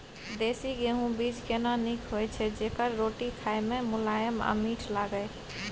देसी गेहूँ बीज केना नीक होय छै जेकर रोटी खाय मे मुलायम आ मीठ लागय?